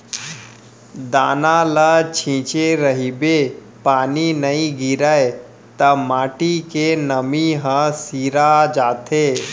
दाना ल छिंचे रहिबे पानी नइ गिरय त माटी के नमी ह सिरा जाथे